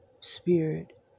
spirit